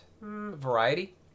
variety